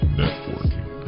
networking